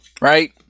right